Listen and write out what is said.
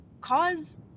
cause